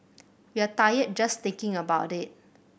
we're tired just thinking about it